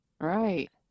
Right